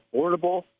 affordable